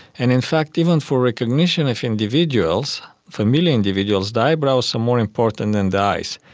and in fact even for recognition of individuals, familiar individuals, the eyebrows are more important than the eyes.